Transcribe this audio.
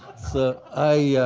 so i